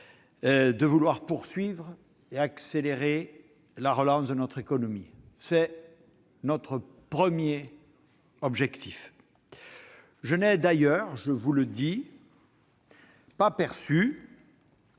à vouloir poursuivre et accélérer la relance de notre économie. Tel est notre premier objectif. Je n'ai d'ailleurs pas perçu